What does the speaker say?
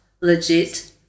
legit